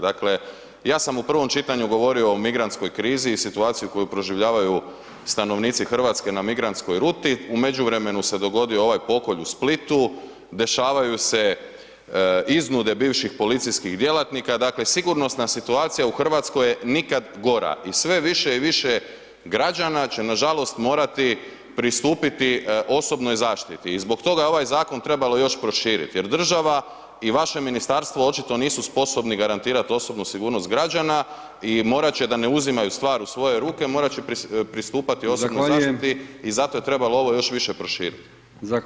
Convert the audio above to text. Dakle ja sam u prvom čitanju govorio o migrantskoj krizi i situaciji koju proživljavaju stanovnici Hrvatske na migrantskoj ruti u međuvremenu se dogodio ovaj pokolj u Splitu, dešavaju se iznude bivših policijskih djelatnika, dakle sigurnosna situacija je Hrvatskoj nikad gora i sve više i više građana će nažalost morati pristupiti osobnoj zaštiti i zbog toga bi ovaj zakon trebalo još proširiti jer država i vaše ministarstvo očito nisu sposobni garantirati osobnu sigurnost građana i morat će da ne uzimaju stvar u svoje ruke, morat će pristupati osobnoj zaštiti i zato je trebalo ovo još više proširiti.